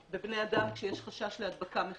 בבני אדם, כשיש חשש להדבקה מחסנים.